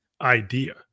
idea